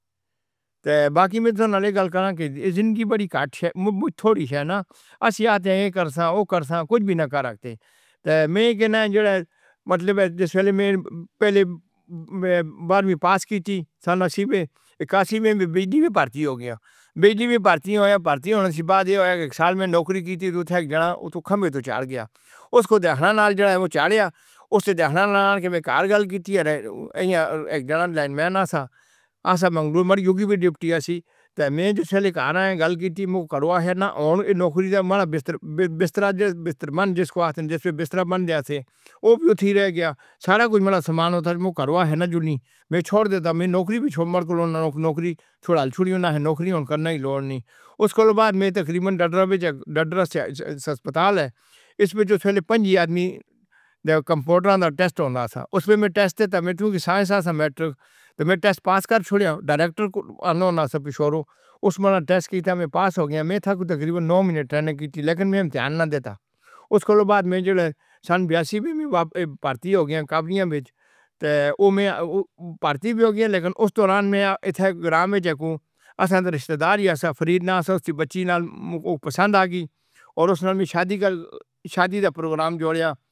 باقی میں تسیے کولوں گل کراں تے اے زندگی بَووں کھٹ اے، تھوڑی شے نا، اسسی آخدے اے کے اے جرساں او کرساں، کجھ بی نا کرا سکدے۔ تے میں اے کہننا اے کے جیڑا مطلب اے کے جس ویلے میں پہلے باروی پاس کیتی، سن اکیاسی میں، سن بیاسی میں بجلی وچ بھرتی ہو گیاں، بجلی وچ بھرتی ہویاں تے بھرتی ہونے دے بعد اے ہویا کے ہیک سال میں اوتھے نوکری کیتی تے اتھے اک گاد رہ کھمبے تو چڑھ گیاں، اس نی دیکھنے نال میں چاڑھیا، اُس نی دیکھنے نال میں گھر گلُ کیتی عیرہ جس ویلے گھر آیاں یوں گل کیتی تے، مو گھر آلے آخیا نہ ہن اے نوکری دا، ماڑا بستر، بستر من جسکو آخدیا اے، جس وچ بسترا بندیا اسسی، او وی اتھے ای رہ گیا، سارا کج ماڑا سامان اوتھوں ای، ماڑے کھر آلے آخیا، نہ جولیں۔ میں چھوڑ دتتا، میں نوکری وی ماڑو کولوں اننا نوکری چھوڑال چھوڑنی، اننا آخیا ہن نوکری ہن کرنے نی لوڑ نی۔ اس دو بعد میںتقریباً ڈڈراں وچ ڈڈراں ہسپتال اے، اوس وچ اس ویلے پنجیس آدمی دے کمپاونڈراں دا ٹیسٹ ہوندا سا، اس وچ میں ٹیسٹ دیتا اے تے اس وچ تھا سا سائنس آساں میٹرک، تے میں ٹیسٹ پاس کرچھوڑھیا، ڈائریکٹر اننا ہونا سا او شوروخ، اس ماڑا ٹیسٹ کیتا اے میں پاس ہو گیاں۔ میں تھاں اننا غریبنً نو منٹ ٹرینگ کیتی مگر میں دھیان نی دتتا۔ اس کولو بعد میں جیڑا اے سن بیاسی وچ میں واپسی بھرتی ہو گیاں کمپنی اے وچ۔ تے! میں اتھے گراں وچ ہوں، ہیک گراں وچ ہیک ہوں اسساں دا رشتیدار ہی آسا فرید نام سا اسدی بچی نال، او پسند آگئی، اور اس نال میں شادی کرر اس نال میں شادی دا پروگرام جوڑیا۔